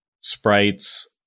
sprites